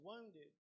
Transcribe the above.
wounded